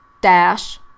dash